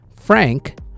Frank